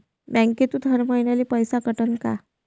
बँकेतून हर महिन्याले पैसा कटन का?